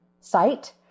site